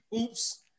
Oops